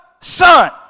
son